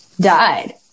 died